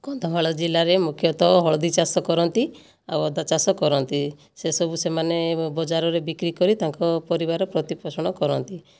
କନ୍ଧମାଳ ଜିଲ୍ଲାରେ ମୁଖ୍ୟତଃ ହଳଦୀ ଚାଷ କରନ୍ତି ଆଉ ଅଦା ଚାଷ କରନ୍ତି ସେସବୁ ସେମାନେ ବଜାରରେ ବିକ୍ରି କରି ତାଙ୍କ ପରିବାର ପ୍ରତିପୋଷଣ କରନ୍ତି